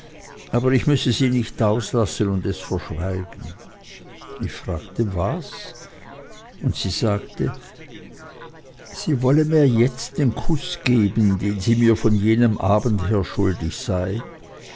aber ich müßte sie nicht auslachen und es verschweigen ich fragte was und sie sagte sie wolle mir jetzt den kuß geben den sie mir von jenem abend her schuldig sei